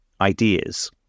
ideas